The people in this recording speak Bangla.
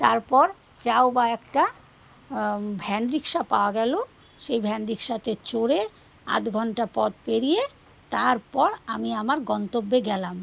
তারপর যায় বা একটা ভ্যান রিক্শা পাওয়া গেলো সেই ভ্যান রিক্সাতে চড়ে আধ ঘণ্টা পথ পেরিয়ে তারপর আমি আমার গন্তব্যে গেলাম